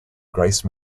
grace